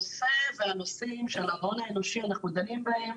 הנושא והנושאים של ההון האנושי, אנחנו דנים בהם